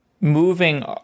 moving